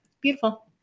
Beautiful